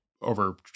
Over